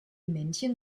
männchen